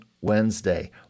Wednesday